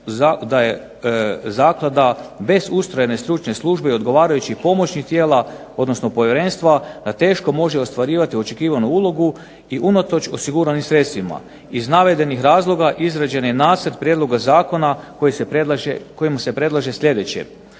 da je zaklada bez ustrojene stručne službe i odgovarajućih pomoćnih tijela, odnosno povjerenstva, da teško može ostvarivati očekivanu ulogu i unatoč osiguranim sredstvima. Iz navedenih razloga izrađen je nacrt prijedloga zakona kojim se predlaže sljedeće.